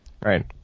Right